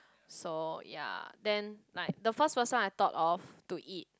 so ya then like the first person I thought of to eat